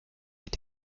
wird